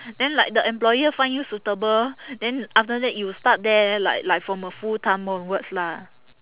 then like the employer find you suitable then after that you start there like like from a full time onwards lah